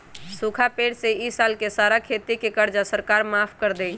सूखा पड़े से ई साल के सारा खेती के कर्जा सरकार माफ कर देलई